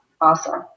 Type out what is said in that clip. awesome